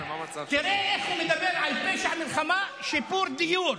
תראה איך הוא מדבר על פשע מלחמה, שיפור דיור.